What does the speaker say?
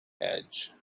edge